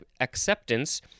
acceptance